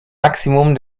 maximum